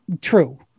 true